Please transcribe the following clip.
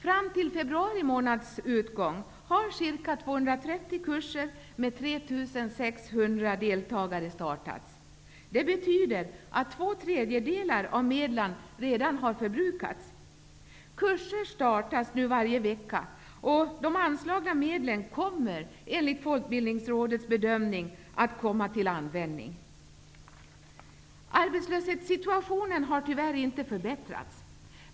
Fram till februari månads utgång har ca 230 kurser med 3 600 deltagare startats. Det betyder att två tredjedelar av medlen redan har förbrukats. Kurser startas nu varje vecka och de anslagna medlen kommer enligt Folkbildningsrådets bedömning att komma till användning. Arbetslöshetssituationen har tyvärr inte förbättrats.